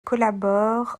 collabore